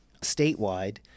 statewide